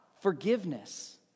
forgiveness